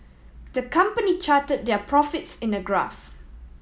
the company charted their profits in a graph